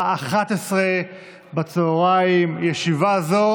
לילה טוב.